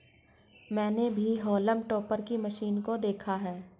मैंने भी haulm topper की मशीन को देखा है